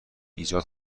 ایجاد